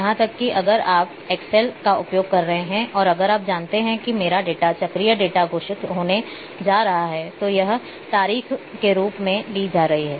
यहां तक कि अगर आप एक्सेल का उपयोग कर रहे हैं और अगर आप जानते हैं कि मेरा डेटा चक्रीय डेटा घोषित होने जा रहा है तो यह तारीख के रूप में ली जा रही है